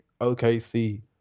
OKC